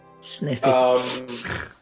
Sniffy